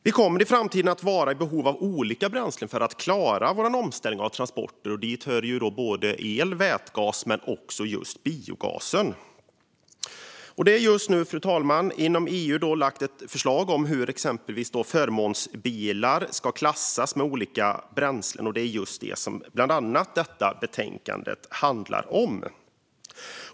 Vi kommer i framtiden att vara i behov av olika bränslen för att klara vår omställning av transporter. Dit hör el och vätgas men också biogas. Fru talman! Inom EU har det lagts fram ett förslag om hur exempelvis förmånsbilar ska klassas med olika bränslen, och det är just det som detta betänkande handlar om.